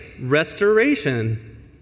Restoration